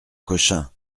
cochin